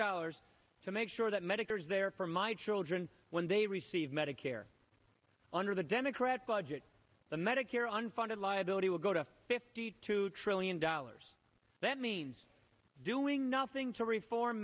dollars to make sure that medicare is there for my children when they receive medicare under the democrat budget the medicare unfunded liability will go to fifty two trillion dollars that means doing nothing to reform